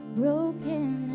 broken